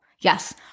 Yes